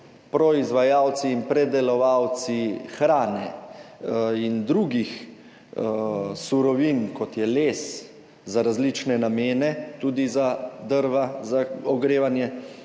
proizvajalci in predelovalci hrane in drugih surovin, kot je les za različne namene, tudi za drva, za ogrevanje